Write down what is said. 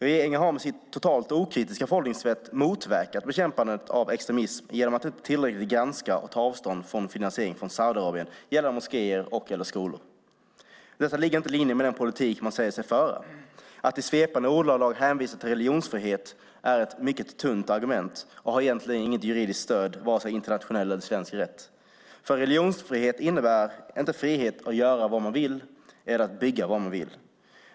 Regeringen har med sitt totalt okritiska oförhållningssätt motverkat bekämpandet av extremism genom att inte i tillräcklig utsträckning granska och ta avstånd från finansiering från Saudiarabien genom moskéer och skolor. Detta ligger inte i linje med den politik som man säger sig föra. Att i svepande ordalag hänvisa till religionsfrihet är ett mycket tunt argument som egentligen inte har något juridiskt stöd i vare sig internationell eller svensk rätt. Religionsfrihet innebär inte frihet att göra vad man vill eller bygga vad man vill.